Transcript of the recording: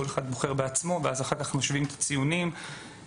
כל אחד בוחר בעצמו ואז אחר כך משווים את הציונים ובאמת